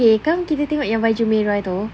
okay come kita tengok yang baju merah tu